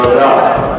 תודה.